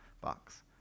box